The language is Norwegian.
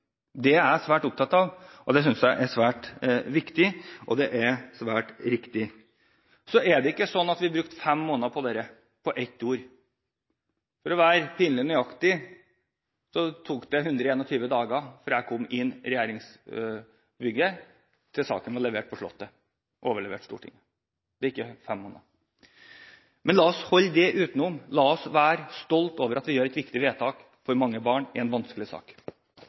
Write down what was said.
jeg er svært viktig og svært riktig. Så er det ikke sånn at vi brukte fem måneder på ett ord. For å være pinlig nøyaktig tok det 121 dager fra jeg kom inn i regjeringsbygget, til saken var levert på Slottet, overlevert Stortinget. Det er ikke fem måneder. Men la oss holde det utenom. La oss være stolte av at vi gjør et viktig vedtak for mange barn i en vanskelig sak.